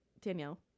danielle